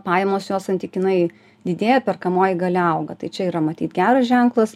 pajamos jos santykinai didėja perkamoji galia auga tai čia yra matyt geras ženklas